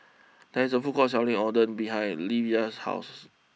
there is a food court selling Oden behind Livia's house